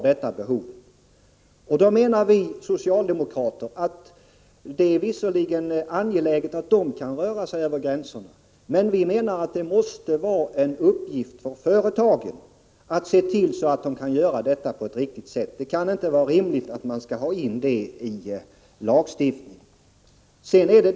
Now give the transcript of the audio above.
Det är visserligen angeläget att dessa människor kan förflytta sig över gränserna, men vi socialdemokrater menar att det måste vara en uppgift för företagen att se till att de anställda kan göra detta på ett riktigt sätt. Det kan inte vara rimligt att denna fråga skall tas in i lagstiftningen.